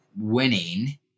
winning